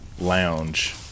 lounge